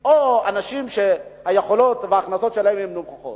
או אנשים שהיכולות וההכנסות שלהם נמוכות,